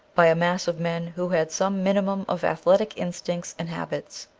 by a mass of men who had some minimum of athletic instincts and habits.